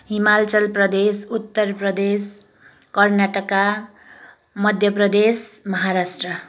Himachal Pradesh Uttar Pradesh Karnataka Madhya Pradesh Maharashtra